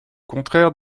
contraire